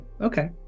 Okay